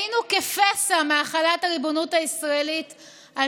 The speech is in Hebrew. היינו כפסע מהחלת הריבונות הישראלית על